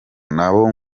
nabo